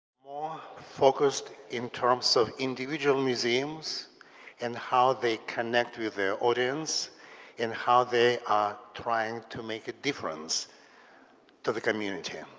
more focused in terms of individual museums and how they connect with their audience and how they are trying to make a difference to the community.